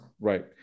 Right